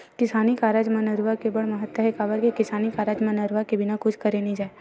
किसानी कारज म नरूवा के बड़ महत्ता हे, काबर के किसानी कारज म नरवा के बिना कुछ करे नइ जाय